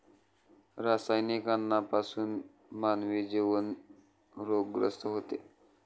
रासायनिक अन्नापासून मानवी जीवन रोगग्रस्त होते